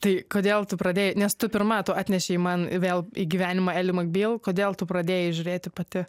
tai kodėl tu pradėjai nes tu pirma tu atnešei man vėl į gyvenimą eli makbyl kodėl tu pradėjai žiūrėti pati